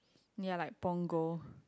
near like Punggol